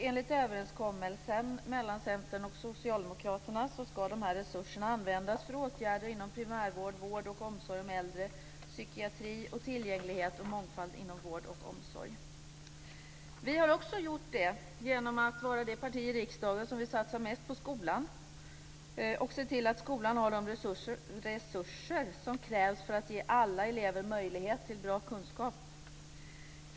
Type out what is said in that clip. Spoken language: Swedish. Enligt överenskommelsen mellan Centern och Socialdemokraterna ska reurserna användas för åtgärder inom primärvård, vård och omsorg om äldre, prykiatri och tillgänglighet och mångfald inom vård och omsorg. Vi har också gjort det genom att vara det parti i riksdagen som vill satsa mest på skolan och se till att skolan har de resurser som krävs för att ge alla elever möjlighet till bra kunskap.